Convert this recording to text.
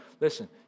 Listen